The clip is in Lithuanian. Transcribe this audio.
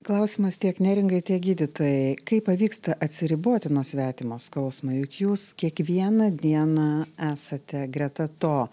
klausimas tiek neringai tiek gydytojai kaip pavyksta atsiriboti nuo svetimo skausmo juk jūs kiekvieną dieną esate greta to